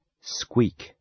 Squeak